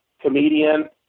comedian